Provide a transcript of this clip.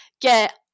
get